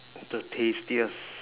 the tastiest